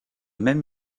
même